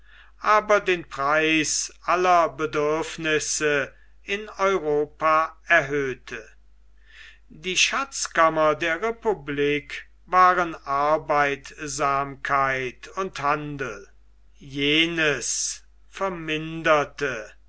aber den preis aller bedürfnisse in europa erhöhte die schatzkammer der republik waren arbeitsamkeit und handel jenes verminderte